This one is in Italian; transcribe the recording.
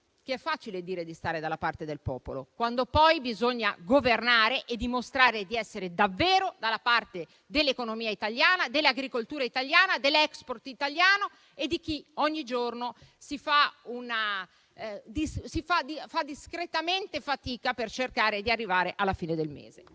che è facile dire di stare dalla parte del popolo, quando poi bisogna governare e dimostrare di essere davvero dalla parte dell'economia italiana, dell'agricoltura italiana, dell'*export* italiano e di chi ogni giorno fa una discreta fatica per cercare di arrivare alla fine del mese.